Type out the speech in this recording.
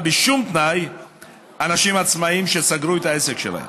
בשום תנאי אנשים עצמאים שסגרו את העסק שלהם.